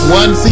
one